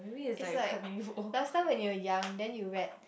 it's like last time when you were young then you read